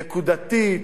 נקודתית,